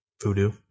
voodoo